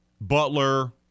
Butler